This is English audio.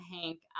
Hank